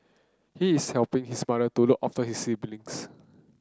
he is helping his mother to look after his siblings